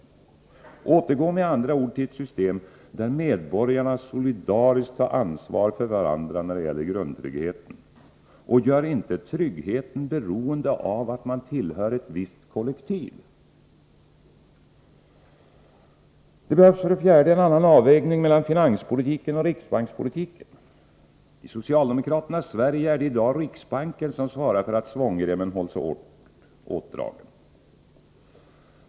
Återgå med andra ord till ett system, där medborgarna solidariskt tar ansvar för varandra när det gäller grundtryggheten! Gör inte tryggheten beroende av om man tillhör ett visst kollektiv! Det behövs för det fjärde en annan avvägning mellan finanspolitiken och riksbankspolitiken. I socialdemokraternas Sverige är det i dag riksbanken som svarar för att svångremmen hålls hårt åtdragen.